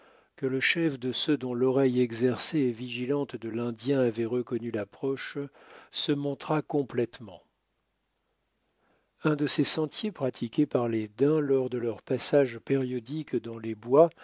que le chef de ceux dont l'oreille exercée et vigilante de l'indien avait reconnu l'approche se montra complètement un de ces sentiers pratiqués par les daims lors de leur passage périodique dans les bois